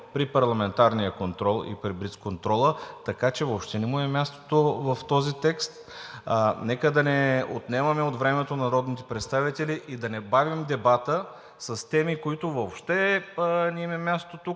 при парламентарния контрол и при блицконтрола, така че въобще не му е мястото в този текст. Нека да не отнемаме от времето на народните представители и да не бавим дебата с теми, на които въобще не им е мястото тук,